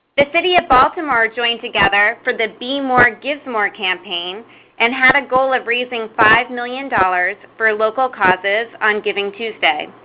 the city of baltimore joined together for the b more give more campaign and had a goal of raising five million dollars for local causes on givingtuesday,